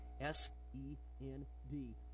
S-E-N-D